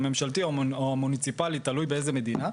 הממשלתי או המוניציפלי, תלוי באיזו מדינה.